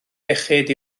iechyd